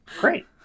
Great